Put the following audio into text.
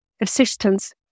assistance